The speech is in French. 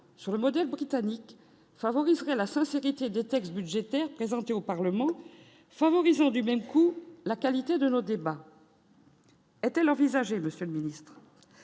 sur le modèle britannique favoriserait la sincérité de textes budgétaires présentées au Parlement, favorisant du même coup la qualité de nos débats. Est elle envisageait, Monsieur le Ministre,